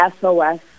SOS